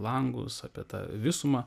langus apie tą visumą